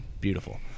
Beautiful